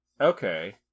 Okay